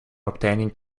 obtaining